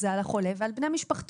זה על החולה ועל בני משפחתו,